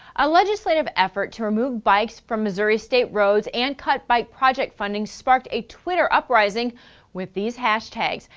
a legislative effort to remove bikes from missouri state roads and cut bike project funding sparked a twitter uprising with these hashtags,